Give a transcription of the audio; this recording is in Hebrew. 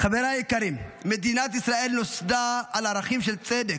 חבריי היקרים, מדינת ישראל נוסדה על ערכים של צדק,